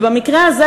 ובמקרה הזה,